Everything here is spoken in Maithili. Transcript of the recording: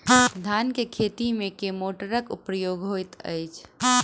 धान केँ खेती मे केँ मोटरक प्रयोग होइत अछि?